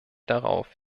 darauf